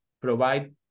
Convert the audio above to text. provide